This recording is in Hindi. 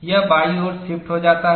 यह बाईं ओर शिफ्ट हो जाता है